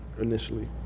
initially